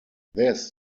this